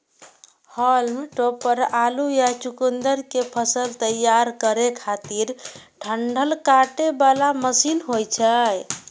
हाल्म topper आलू या चुकुंदर के फसल तैयार करै खातिर डंठल काटे बला मशीन होइ छै